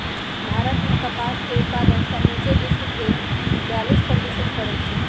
भारत मे कपास के उत्पादन समुचे विश्वके बेयालीस प्रतिशत करै छै